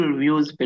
views